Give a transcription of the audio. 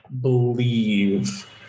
believe